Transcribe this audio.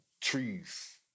Trees